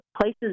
places